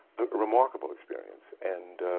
a remarkable experience. and